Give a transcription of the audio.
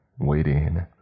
waiting